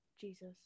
Jesus